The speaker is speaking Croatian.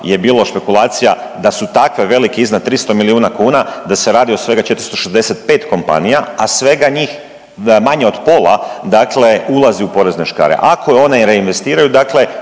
je bilo špekulacija da su takve velike iznad 300 milijuna kuna da se radi od svega 465 kompanija, a svega njih manje od pola dakle ulazi u porezne škare. Ako i one reinvestiraju dakle